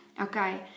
Okay